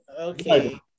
Okay